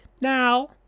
now